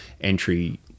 entry